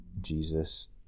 Jesus